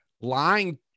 lying